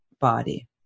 body